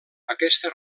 aquesta